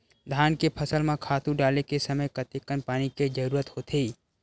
धान के फसल म खातु डाले के समय कतेकन पानी के जरूरत होथे?